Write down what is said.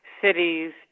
cities